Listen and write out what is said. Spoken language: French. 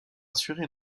assurer